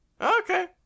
Okay